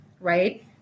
right